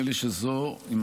נדמה לי שזו גם,